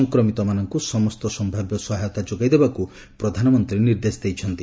ସଂକ୍ରମିତମାନଙ୍କୁ ସମସ୍ତ ସମ୍ଭାବ୍ୟ ସହାୟତା ଯୋଗାଇ ଦେବାକୁ ପ୍ରଧାନମନ୍ତ୍ରୀ ନିର୍ଦ୍ଦେଶ ଦେଇଛନ୍ତି